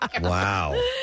Wow